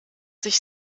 sich